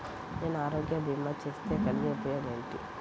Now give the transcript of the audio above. నేను ఆరోగ్య భీమా చేస్తే కలిగే ఉపయోగమేమిటీ?